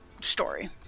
Story